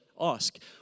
ask